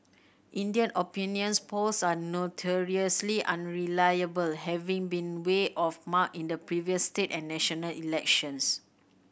India opinions polls are notoriously unreliable having been way off mark in the previous state and national elections